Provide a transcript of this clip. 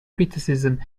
criticism